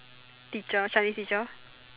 teacher our Chinese teacher